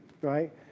right